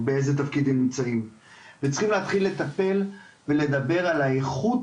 וצריך להתחיל לטפל ולדבר על האיכות